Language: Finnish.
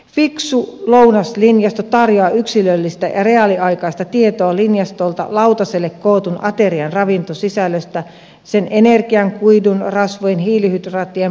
fiksu lounaslinjasto tarjoaa yksilöllistä ja reaaliaikaista tietoa linjastolta lautaselle kootun aterian ravintosisällöstä sen energian kuidun rasvojen hiilihydraattien proteiinien määrän